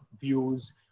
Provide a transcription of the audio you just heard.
views